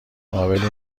قابلی